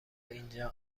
اینجا